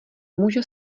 může